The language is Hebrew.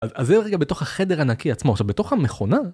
אז זה רגע בתוך החדר הנקי עצמו, עכשיו, בתוך המכונה.